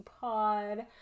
pod